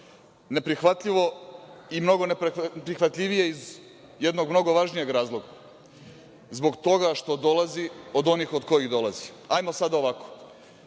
čast. Neprihvatljivo i mnogo neprihvatljivije iz jednog mnogo važnijeg razloga, zbog toga što dolazi od onih od kojih dolazi. Hajdemo sad ovako,